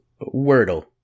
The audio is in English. Wordle